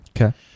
Okay